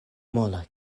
mola